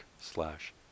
slash